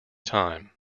time